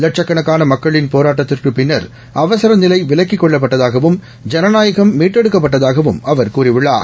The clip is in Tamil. லட்சக்கணக்கான மக்களின் போராட்டத்துக்குப் பின்னா் அவசர நிலை விலக்கிக் கொள்ளப்பட்டதாகவும் ஜனநாயகம் மீட்டெடுக்கப்பட்டதாகவும் அவர் கூறியுள்ளார்